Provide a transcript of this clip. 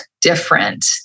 different